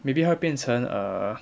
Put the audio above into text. maybe 他会变成 err